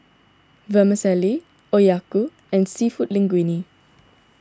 Vermicelli Okayu and Seafood Linguine